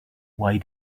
why